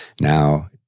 Now